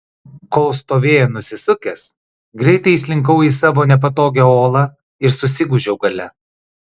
kol stovėjo nusisukęs greitai įslinkau į savo nepatogią olą ir susigūžiau gale